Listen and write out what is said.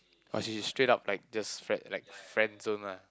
oh she's straight up like just friend like friend zone lah